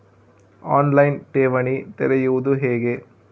On line ಠೇವಣಿ ತೆರೆಯುವುದು ಹೇಗೆ?